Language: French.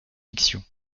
fiction